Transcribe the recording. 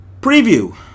preview